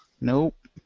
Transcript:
Nope